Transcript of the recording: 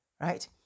right